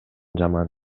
жаман